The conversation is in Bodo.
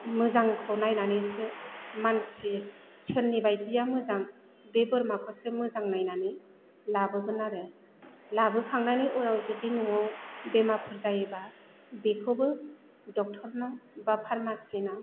मोजांखौ नायनानैसो मानसि सोरनि बायदिया मोजां बे बोरमाखौसो मोजां नायनानै लाबोगोन आरो लाबोखांनानै उनाव जुदि न'वाव बेमारफोर जायोबा बेखौबो डक्टरनाव बा फारमासिनाव